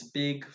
big